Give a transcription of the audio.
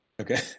Okay